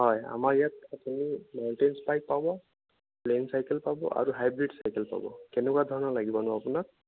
হয় আমাৰ ইয়াত আপুনি মাউণ্টেন বাইক পাব প্লেইন চাইকেল পাব আৰু হাইব্ৰীড চাইকেল পাব কেনেকুৱা ধৰণৰ লাগিবনো আপোনাক